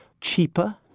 cheaper